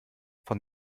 von